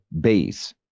base